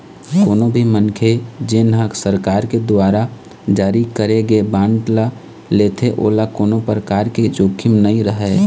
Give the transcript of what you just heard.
कोनो भी मनखे जेन ह सरकार के दुवारा जारी करे गे बांड ल लेथे ओला कोनो परकार के जोखिम नइ रहय